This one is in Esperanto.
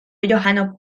johano